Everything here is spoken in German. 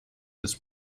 des